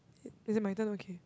is it my turn okay